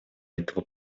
этого